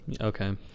Okay